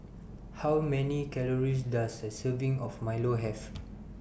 How Many Calories Does A Serving of Milo Have